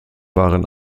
waren